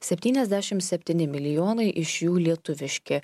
septyniasdešim septyni milijonai iš jų lietuviški